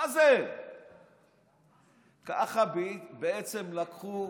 ככה לקחו